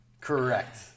correct